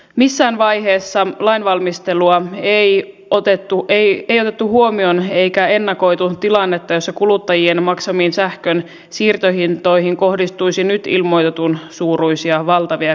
missään vaiheessa lainvalmistelua ei otettu huomioon eikä ennakoitu tilannetta jossa kuluttajien maksamiin sähkön siirtohintoihin kohdistuisi nyt ilmoitetun suuruisia valtavia kertakorotuksia